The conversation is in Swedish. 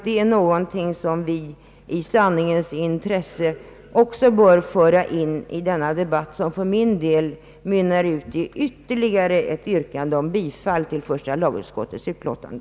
Det är någonting som vi i sanningens intresse också bör föra in i denna debatt och som för min del mynnar ut i ytterligare ett yrkande om bifall till första lagutskottets utlåtande.